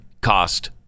cost